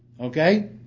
Okay